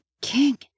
king